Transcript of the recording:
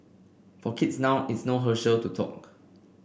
for kids now it's no Herschel no talk